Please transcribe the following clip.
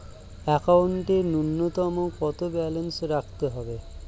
একাউন্টে নূন্যতম কত ব্যালেন্স রাখতে হবে?